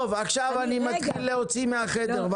עכשיו אני מתחיל להוציא מן החדר.